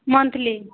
monthly